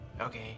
Okay